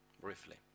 briefly